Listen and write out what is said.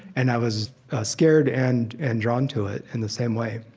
and i was scared and and drawn to it in the same way.